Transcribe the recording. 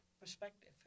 perspective